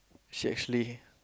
she actually